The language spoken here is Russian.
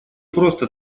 просто